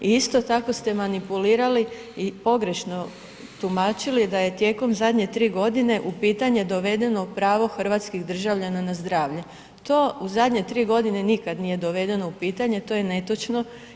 I isto tako ste manipulirali i pogrešno tumačili da je tijekom zadnje 3.g. u pitanje dovedeno pravo hrvatskih državljana na zdravlje, to u zadnje 3.g. nikad nije dovedeno u pitanje, to je netočno.